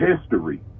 history